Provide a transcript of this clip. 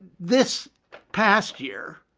this past year,